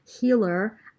healer